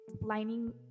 lining